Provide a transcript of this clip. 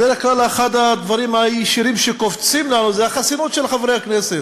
בדרך כלל אחד הדברים שישר קופצים לנו זה החסינות של חברי הכנסת,